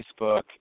Facebook